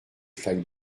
flaques